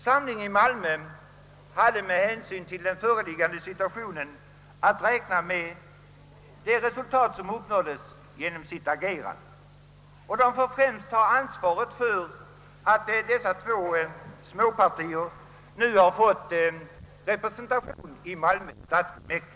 Samling i Malmö hade i den föreliggande situationen att räkna med att ett sådant resultat skulle åstadkommas genom partiets agerande, och Samling i Malmö får främst ta ansvaret för att två småpartier nu erhållit överrepresentation i Malmö «stadsfullmäktige.